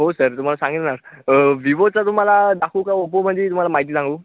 हो सर तुम्हाला सांगितलं विवोचा तुम्हाला दाखवू का ओप्पोमध्ये तुम्हाला माहिती सांगू